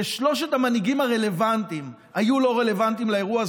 ששלושת המנהיגים הרלוונטיים היו לא רלוונטיים לאירוע,